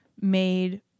made